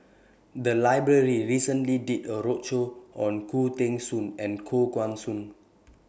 The Library recently did A roadshow on Khoo Teng Soon and Koh Guan Song